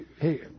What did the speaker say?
hey